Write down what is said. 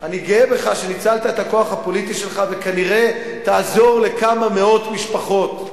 אני גאה בך שניצלת את הכוח הפוליטי שלך וכנראה תעזור לכמה מאות משפחות.